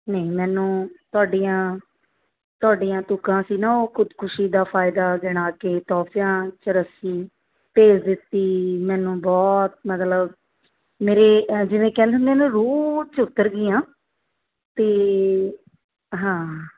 ਨਹੀਂ ਮੈਨੂੰ ਤੁਹਾਡੀਆਂ ਤੁਹਾਡੀਆਂ ਤੁਕਾਂ ਸੀ ਨਾ ਉਹ ਖੁਦਖੁਸ਼ੀ ਦਾ ਫਾਇਦਾ ਗਿਣਾ ਕੇ ਤੋਫਿਆ ਚਰੱਸੀ ਭੇਜ ਦਿੱਤੀ ਮੈਨੂੰ ਬਹੁਤ ਮਤਲਬ ਮੇਰੇ ਜਿਵੇਂ ਕਹਿੰਦੇ ਹੁੰਦੇ ਨਾ ਰੂਹ 'ਚ ਉਤਰ ਗਈਆਂ ਅਤੇ ਹਾਂ